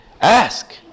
Ask